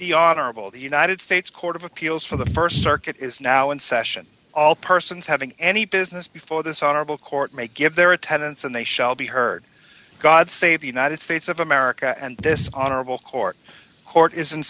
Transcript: the honorable the united states court of appeals for the st circuit is now in session all persons having any business before this honorable court may give their attendance and they shall be heard god save the united states of america and this honorable court court is